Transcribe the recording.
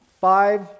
five